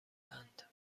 اند